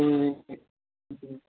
ए